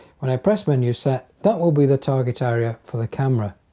when i press menu set that will be the target area for the camera.